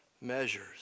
measures